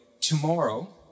tomorrow